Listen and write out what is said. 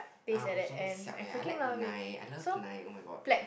uh I like 奶 I love 奶 oh-my-god